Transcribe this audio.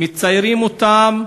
מציירים אותם